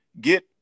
get